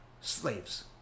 slaves